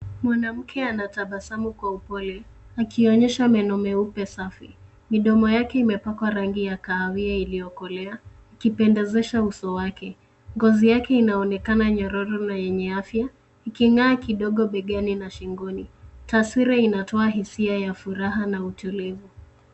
Mwanamke anatabasamu kwa upole, akionyesha meno meupe safi. Midomo yake imepakwa rangi ya kahawia iliyokolea ukupendezesha uso wake. Ngozi yake inaonekana nyororo na yenye afya ikingaa kidogo begani na shingoni. Taswira inatoa hisia ya furaha na utulivu.